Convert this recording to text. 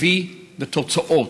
הביאו לתוצאות.